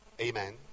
Amen